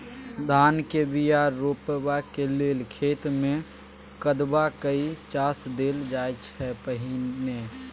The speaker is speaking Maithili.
धानक बीया रोपबाक लेल खेत मे कदबा कए चास देल जाइ छै पहिने